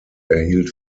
erhielt